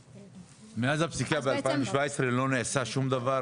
מאז הפסיקה ב-2017 לא נעשה שום דבר?